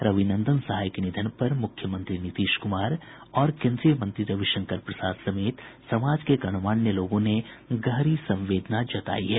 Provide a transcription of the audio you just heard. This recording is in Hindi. रविनंदन सहाय के निधन पर मुख्यमंत्री नीतीश कुमार और केन्द्रीय मंत्री रविशंकर प्रसाद समेत समाज के गणमान्य लोगों ने गहरी संवेदना जतायी है